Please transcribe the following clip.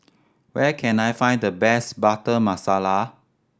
where can I find the best Butter Masala